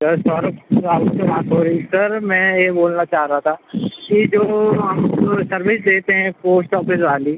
sir Saurabh Tiwari से बात हो रही सर मैं ये बोलना चाह रहा था कि जो आप सर्विस देते हैं पोस्ट ऑफ़िस वाली